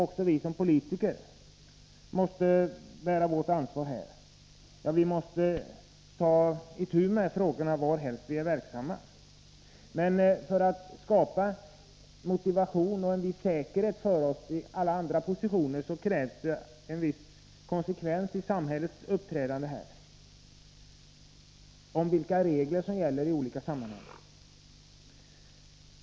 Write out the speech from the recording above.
Också vi politiker måste bära vårt ansvar. Vi måste ta itu med frågorna varhelst vi är verksamma. Men för att skapa motivation för detta och ge oss säkerhet i våra olika positioner krävs konsekvens i samhällets uppträdande, bl.a. i fråga om vilka regler som skall gälla i olika sammanhang.